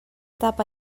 tapa